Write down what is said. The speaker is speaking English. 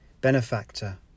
benefactor